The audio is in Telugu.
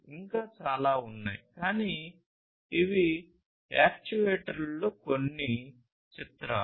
ఇంకా చాలా ఉన్నాయి కానీ ఇవి యాక్చుయేటర్లలో కొన్ని చిత్రాలు